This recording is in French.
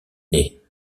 nez